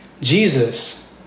Jesus